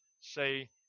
say